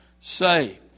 saved